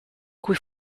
cui